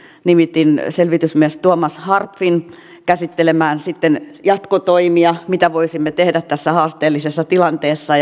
nimitin selvitysmies tuomas harpfin käsittelemään sitten jatkotoimia mitä voisimme tehdä tässä haasteellisessa tilanteessa